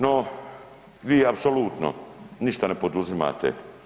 No, vi apsolutno ništa ne poduzimate.